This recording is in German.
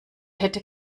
hätte